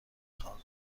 خواهم